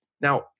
now